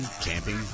camping